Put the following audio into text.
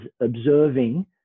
observing